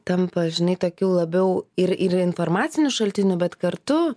tampa žinai tokiu labiau ir ir informaciniu šaltiniu bet kartu